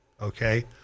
okay